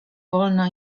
wolno